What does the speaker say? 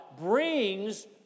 brings